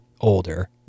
older